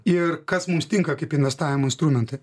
ir kas mums tinka kaip investavimo instrumentai